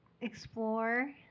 explore